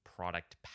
product